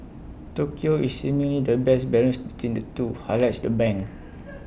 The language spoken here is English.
Tokyo is seemingly the best balance between the two highlights the bank